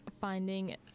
finding